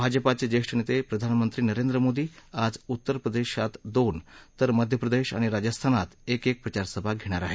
भाजपाचे ज्येष्ठ नेते प्रधानमंत्री नरेंद्र मोदी आज उत्तर प्रदेशात दोन तर मध्यप्रदेश आणि राजस्थानात एक एक प्रचारसभा घेणार आहेत